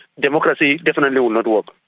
democracy definitely will not work.